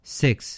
six